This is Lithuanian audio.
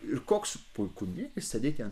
ir koks puikumėlis sėdėti ant